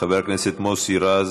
חבר הכנסת מוסי רז,